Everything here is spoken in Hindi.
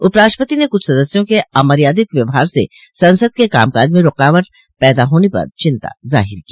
उप राष्टपति ने कुछ सदस्यों के अमर्यादित व्यवहार से संसद के कामकाज में रूकावट पैदा होने पर चिंता जाहिर की